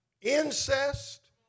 incest